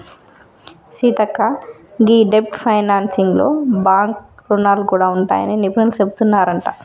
సీతక్క గీ డెబ్ట్ ఫైనాన్సింగ్ లో బాంక్ రుణాలు గూడా ఉంటాయని నిపుణులు సెబుతున్నారంట